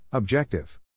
Objective